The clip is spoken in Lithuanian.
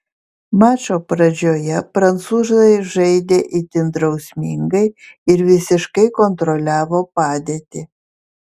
mačo pradžioje prancūzai žaidė itin drausmingai ir visiškai kontroliavo padėtį